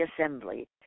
assembly